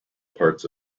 parts